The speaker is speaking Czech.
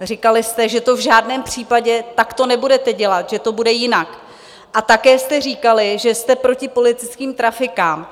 Říkali jste, že to v žádném případě takto nebudete dělat, že to bude jinak, a také jste říkali, že jste proti politickým trafikám.